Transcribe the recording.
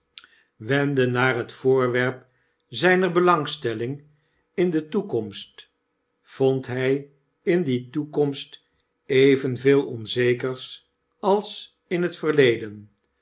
wendde naar het voorwerp zijner belangstelling in de toekomst vond hg in die toekomst evenveel onzekers als in het verleden